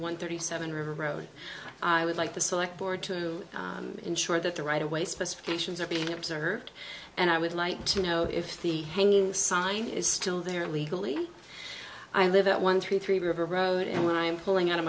one thirty seven river road i would like to select board to ensure that the right away specifications are being observed and i would like to know if the hanging sign is still there legally i live at one three three river road and when i am pulling out of